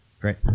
Great